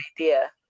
idea